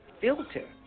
filter